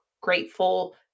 grateful